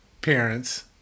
parents